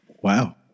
wow